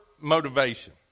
motivation